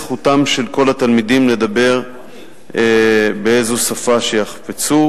זכותם של כל התלמידים לדבר באיזו שפה שיחפצו,